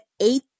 eight